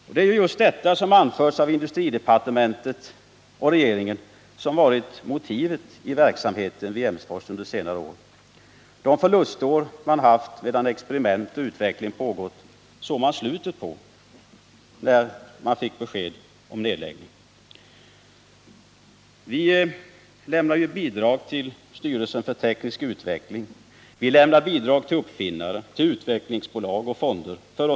Vi lämnar ju dessutom bidrag till styrelsen för teknisk utveckling. till uppfinnare, till utvecklingsbolag och fonder för att främja innovationer och idéer och för att de skall omsättas i praktisk och konkret handling. Just det som anförts av industridepartementet och regeringen har varit motivet för verksamheten vid Emsfors under senare ar.